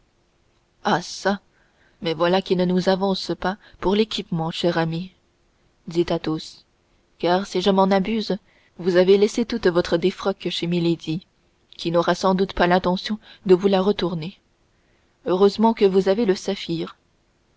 ah çà mais voilà qui ne nous avance pas pour l'équipement cher ami dit athos car si je ne m'abuse vous avez laissé toute votre défroque chez milady qui n'aura sans doute pas l'attention de vous la retourner heureusement que vous avez le saphir